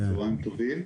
אני